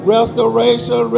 Restoration